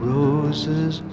Roses